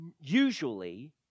Usually